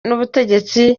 n’ubutegetsi